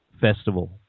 Festival